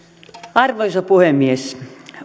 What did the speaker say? arvoisa puhemies